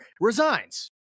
resigns